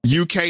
UK